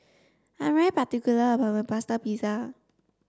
I particular about my plaster pizza